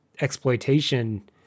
exploitation